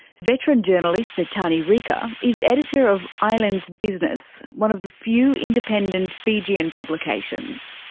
veteran journalist netani rika is editor of islands business, one of the few independent fijian publications.